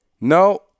no